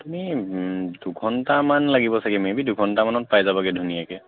তুমি দুঘণ্টামান লাগিব চাগৈ মেবি দুঘণ্টামানত পাই যাবগৈ ধুনীয়াকৈ